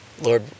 Lord